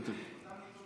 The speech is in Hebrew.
ותק, ותק.